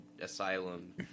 asylum